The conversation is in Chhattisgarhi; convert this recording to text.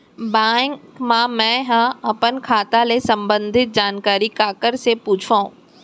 बैंक मा मैं ह अपन खाता ले संबंधित जानकारी काखर से पूछव?